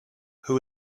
who